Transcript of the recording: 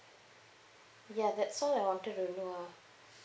ya that's all I wanted to know ah